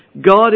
God